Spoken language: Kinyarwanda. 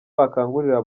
bakangurira